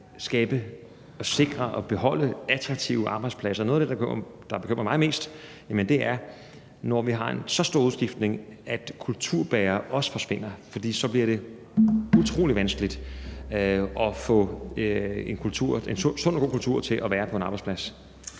skabe, sikre og beholde attraktive arbejdspladser. Noget af det, der bekymrer mig mest, er, når vi har en så stor udskiftning, at kulturbærere også forsvinder, for så bliver det utrolig vanskeligt at få en sund og god kultur til at være på en arbejdsplads.